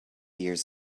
years